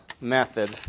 method